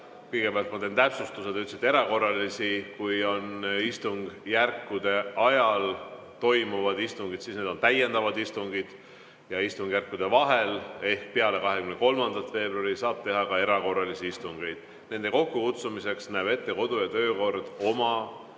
Kõigepealt ma teen täpsustuse: te ütlesite erakorralisi. Kui istungjärkude ajal toimuvad istungid, siis need on täiendavad istungid. Istungjärkude vahel ehk peale 23. veebruari saab teha ka erakorralisi istungeid. Nende kokkukutsumiseks näeb kodu- ja töökord